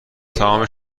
تمام